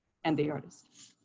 and the artists.